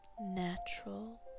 natural